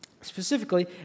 Specifically